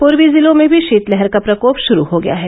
पूर्वी जिलों में भी शीतलहर का प्रकोप शुरू हो गया है